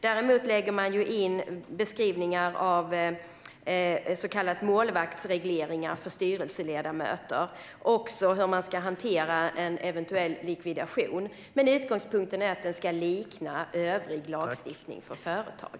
Däremot lägger man in beskrivningar av så kallade målvaktsregleringar för styrelseledamöter och också hur man ska hantera en eventuell likvidation, men utgångspunkten är att den ska likna övrig lagstiftning för företag.